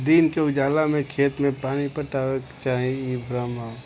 दिन के उजाला में खेत में पानी पटावे के चाही इ भ्रम ह